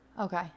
okay